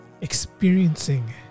experiencing